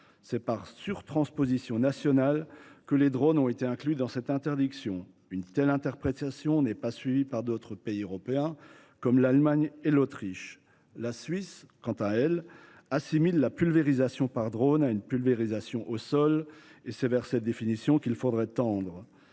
C’est par surtransposition nationale que les drones ont été inclus dans cette interdiction. Une telle interprétation n’est pas suivie par d’autres pays européens, comme l’Allemagne et l’Autriche. La Suisse, quant à elle, assimile la pulvérisation par drone à une pulvérisation au sol ; c’est vers cette définition qu’il faudrait tendre.